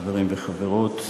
חברים וחברות,